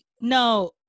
no